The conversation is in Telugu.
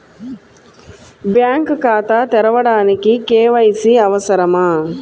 బ్యాంక్ ఖాతా తెరవడానికి కే.వై.సి అవసరమా?